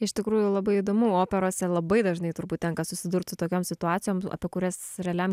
iš tikrųjų labai įdomu operose labai dažnai turbūt tenka susidurt su tokiom situacijom apie kurias realiam